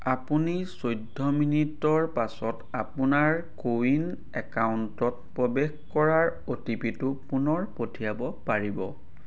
আপুনি চৌধ্য মিনিটৰ পাছত আপোনাৰ কো ৱিন একাউণ্টত প্ৰৱেশ কৰাৰ অ' টি পিটো পুনৰ পঠিয়াব পাৰিব